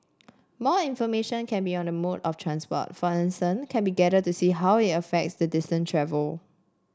more information can be on the mode of transport for instance can be gathered to see how it affects the distance travelled